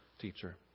teacher